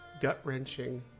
gut-wrenching